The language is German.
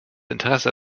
interesse